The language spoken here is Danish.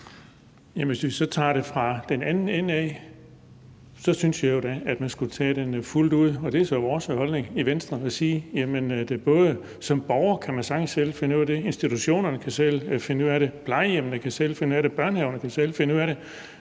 hvis vi så ser på det fra den anden ende af, så synes jeg jo da, at man skulle tage skridtet fuldt ud – og det er så vores holdning i Venstre – og sige: Både som borger og som institution kan man sagtens selv finde ud af det; plejehjemmene kan selv finde ud af det; børnehaverne kan selv finde ud af det.